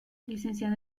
licenciada